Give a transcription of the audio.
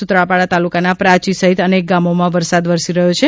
સૂત્રાપાડા તાલુકાના પ્રાચી સહિત અનેક ગામોમાં વરસાદ વરસી રહ્યો છે